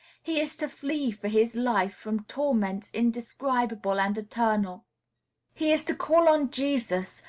he is to flee for his life from torments indescribable and eternal he is to call on jesus,